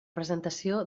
presentació